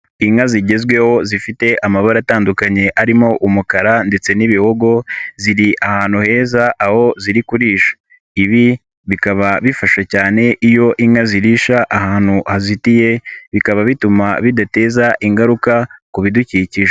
Inka zigezweho zifite amabara atandukanye arimo umukara ndetse n'ibihogo ziri ahantu heza aho ziri kurisha. Ibi bikaba bifasha cyane iyo inka zirisha ahantu hazitiye, bikaba bituma bidateza ingaruka ku bidukikije.